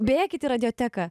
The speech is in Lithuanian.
bėkit į radioteką